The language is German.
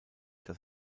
dass